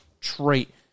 trait